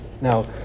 Now